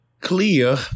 clear